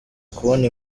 kubona